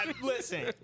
Listen